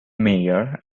mayor